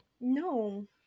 no